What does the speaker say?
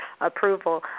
approval